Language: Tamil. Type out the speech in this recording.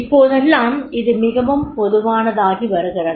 இப்போதெல்லாம் இது மிகவும் பொதுவானதாகி வருகிறது